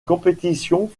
compétition